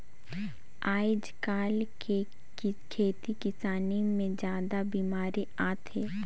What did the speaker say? आयज कायल के खेती किसानी मे जादा बिमारी आत हे